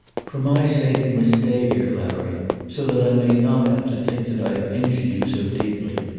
for my sake you must stay here, larry so that i may not have to think that i have injured you so deeply.